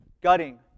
gutting